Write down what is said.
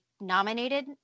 nominated